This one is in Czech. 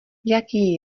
jaký